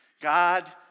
God